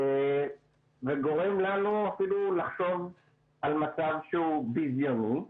וגורם לנו אפילו לחשוב על מצב שהוא ביזיוני.